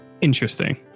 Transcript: Interesting